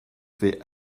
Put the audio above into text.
fait